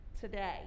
today